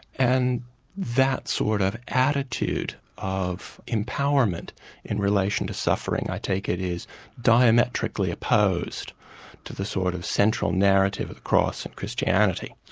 and that sort of attitude of empowerment in relation to suffering i take it is diametrically opposed to the sort of central narrative of cross and christianity.